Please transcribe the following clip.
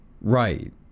Right